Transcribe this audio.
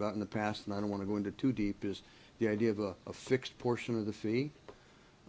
about in the past and i don't want to go into too deep is the idea of a fixed portion of the fee